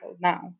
now